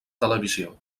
televisió